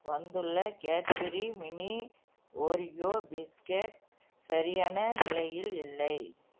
வந்துள்ள Cadbury mini Oreo biscuit சரியான நிலையில் இல்லை